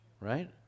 right